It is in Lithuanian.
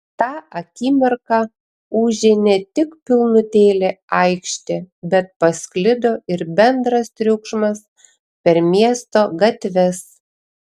tą akimirką ūžė ne tik pilnutėlė aikštė bet pasklido ir bendras triukšmas per miesto gatves